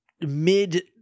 mid